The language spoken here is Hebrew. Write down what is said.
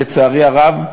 לצערי הרב,